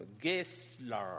Gessler